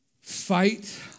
Fight